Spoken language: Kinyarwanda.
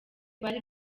bari